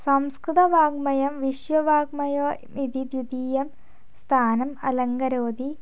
संस्कृतवाङ्मयं विश्ववाङ्मयम् इति द्वितीयं स्थानम् अलङ्करोति